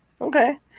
okay